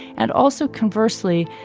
and also conversely,